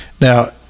now